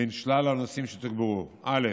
בין שלל הנושאים שתוגברו: א.